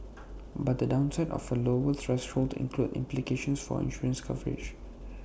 but the downside of A lower threshold includes implications for insurance coverage